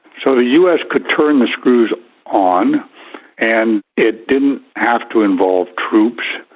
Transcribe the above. so the us could turn the screws on and it didn't have to involve troops,